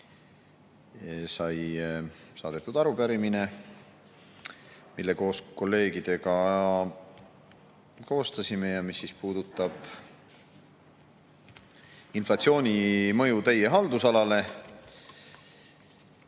sai saadetud arupärimine, mille koos kolleegidega koostasime ja mis puudutab inflatsiooni mõju teie haldusalale.